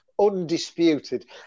undisputed